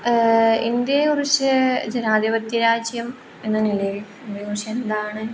ഇന്ത്യയെ കുറിച്ച് ജനാധിപത്യരാജ്യം എന്ന നിലയിൽ ഇന്ത്യനെ കുറിച്ച് എന്താണ്